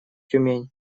тюмень